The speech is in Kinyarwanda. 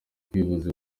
kwivuriza